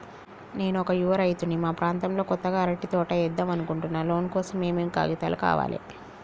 నేను ఒక యువ రైతుని మా ప్రాంతంలో కొత్తగా అరటి తోట ఏద్దం అనుకుంటున్నా లోన్ కోసం ఏం ఏం కాగితాలు కావాలే?